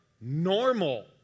normal